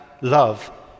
love